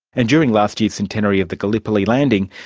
and during last year's centenary of the gallipoli landing,